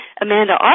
Amanda